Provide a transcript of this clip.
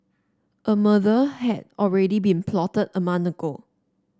a murder had already been plotted a month ago